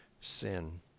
sin